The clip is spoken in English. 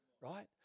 right